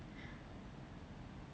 also cause I go post